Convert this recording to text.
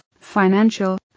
financial